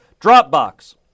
Dropbox